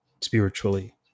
spiritually